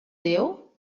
déu